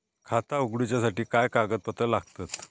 खाता उगडूच्यासाठी काय कागदपत्रा लागतत?